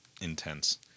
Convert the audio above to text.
intense